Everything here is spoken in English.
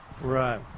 Right